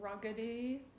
ruggedy